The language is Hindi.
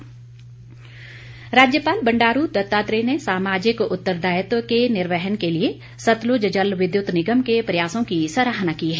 राज्यपाल राज्यपाल बंड़ारू दत्तात्रेय ने सामाजिक उत्तरदायित्व के निर्वहन के लिए सतलुत जल विद्युत निगम के प्रयासों की सराहना की है